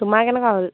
তোমাৰ কেনেকুৱা